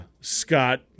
Scott